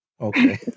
Okay